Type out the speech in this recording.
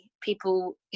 people